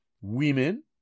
women